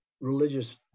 religious